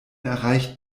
erreicht